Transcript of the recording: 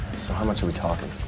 so how much are we talking?